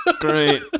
great